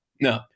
No